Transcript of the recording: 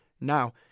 Now